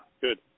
Good